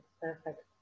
perfect